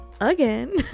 again